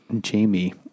Jamie